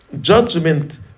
judgment